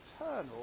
eternal